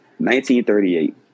1938